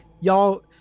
Y'all